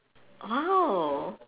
oh